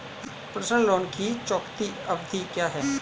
Personal loan की चुकौती अवधि क्या है?